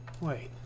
Wait